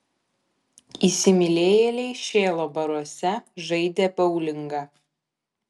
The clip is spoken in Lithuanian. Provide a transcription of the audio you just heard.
įsimylėjėliai šėlo baruose žaidė boulingą